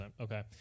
okay